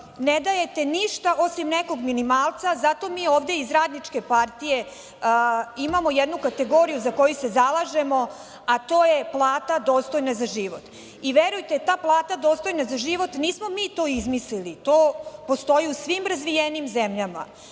ne dajte ništa osim nekog minimalca, zato mi ovde iz radničke partije imamo jednu kategoriju za koju se zalažemo, a to je plata dostojna za život. Verujte ta plata dostojna za život nismo mi to izmislili, to postoji u svim razvijenijim zemljama.